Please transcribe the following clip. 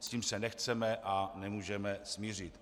S tím se nechceme a nemůžeme smířit.